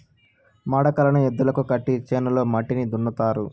మడకలను ఎద్దులకు కట్టి చేనులో మట్టిని దున్నుతారు